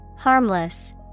Harmless